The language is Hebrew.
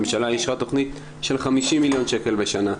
הממשלה אישרה תכנית של 50 מיליון שקל בשנה.